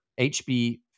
HB